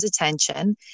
attention